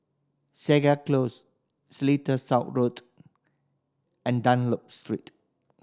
Segar Close Seletar South Road and Dunlop Street